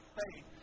faith